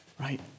right